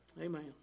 Amen